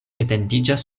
etendiĝas